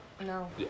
No